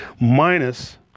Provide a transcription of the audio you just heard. minus